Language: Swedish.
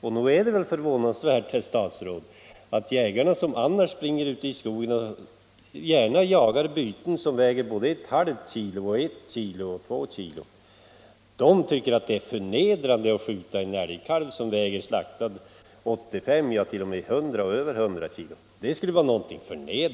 Och nog är det förvånansvärt, herr statsråd, att jägare som annars springer ute i skogen och gärna jagar byten som bara väger ett halvt kilo, ett kilo eller två kilo skulle tycka att det vore förnedrande att skjuta en älgkalv, som slaktad väger 85 eller 100 eller t.o.m. över 100 kilo.